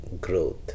growth